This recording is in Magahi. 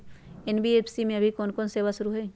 एन.बी.एफ.सी में अभी कोन कोन सेवा शुरु हई?